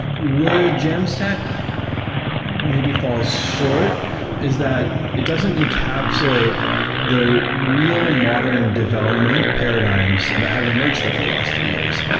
where jamstack may be falls short is that it doesn't encapsulate the real modern development paradigms that have emerged over the last few years.